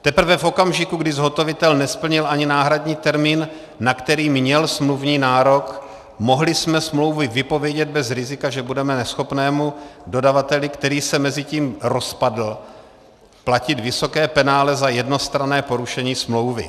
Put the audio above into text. Teprve v okamžiku, kdy zhotovitel nesplnil ani náhradní termín, na který měl smluvní nárok, mohli jsme smlouvu vypovědět bez rizika, že budeme neschopnému dodavateli, který se mezitím rozpadl, platit vysoké penále za jednostranné porušení smlouvy.